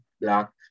black